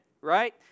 right